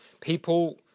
people